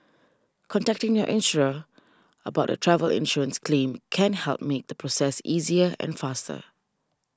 contacting your insurer about your travel insurance claim can help make the process easier and faster